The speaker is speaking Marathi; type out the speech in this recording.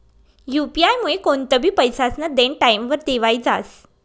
यु.पी आयमुये कोणतंबी पैसास्नं देनं टाईमवर देवाई जास